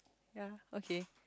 yea okay